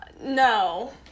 No